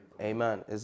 amen